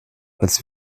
als